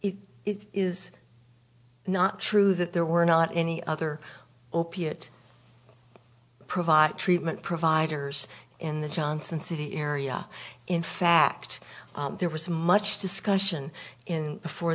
if it is not true that there were not any other opiate provide treatment providers in the johnson city area in fact there was much discussion in before